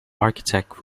architect